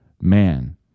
man